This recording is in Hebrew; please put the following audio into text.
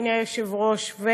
אדוני היושב-ראש,